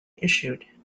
issued